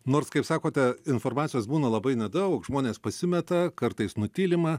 nors kaip sakote informacijos būna labai nedaug žmonės pasimeta kartais nutylima